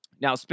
Now